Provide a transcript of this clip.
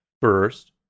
first